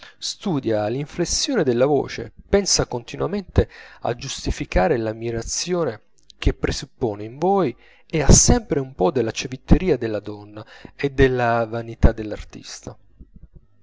studia l'inflessione della voce pensa continuamente a giustificare l'ammirazione che presuppone in voi e ha sempre un po della civetteria della donna e della vanità dell'artista